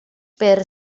byr